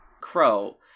Crow